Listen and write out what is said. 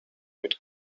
mit